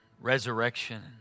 Resurrection